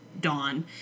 Dawn